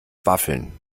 waffeln